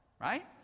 right